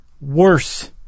worse